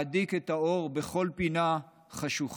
להדליק את האור בכל פינה חשוכה,